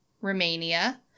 Romania